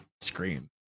scream